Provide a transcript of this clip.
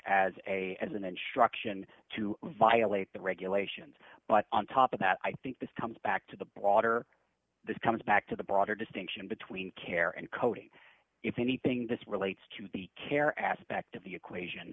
as a as an instruction to violate the regulations but on top of that i think this comes back to the broader this comes back to the broader distinction between care and coding if anything this relates to the care aspect of the equation